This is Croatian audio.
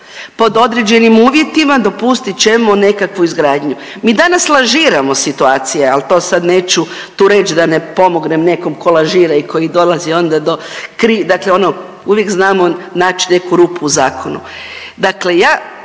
pod određenim uvjetima dopustit ćemo nekakvu izgradnju, mi danas lažiramo situacije, al to sad neću tu reć da ne pomognem nekom ko lažira i koji dolazi onda do kri…, dakle ono uvijek znamo nać neku rupu u zakonu.